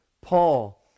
Paul